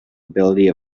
ability